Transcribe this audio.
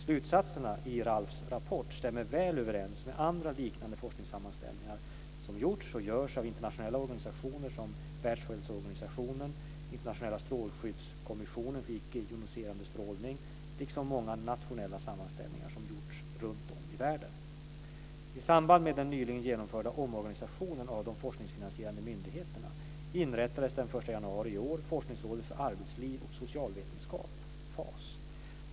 Slutsatserna i RALF:s rapport stämmer väl överens med andra liknande forskningssammanställningar som gjorts och görs av internationella organisationer som Världshälsoorganisationen, WHO, Internationella strålskyddskommissionen för icke-joniserande strålning, ICNIRP, liksom många nationella sammanställningar som gjorts runtom i världen. I samband med den nyligen genomförda omorganisationen av de forskningsfinansierande myndigheterna inrättades den 1 januari i år Forskningsrådet för arbetsliv och socialvetenskap, FAS.